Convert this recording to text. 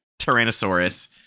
Tyrannosaurus